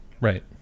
right